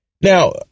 Now